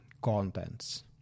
contents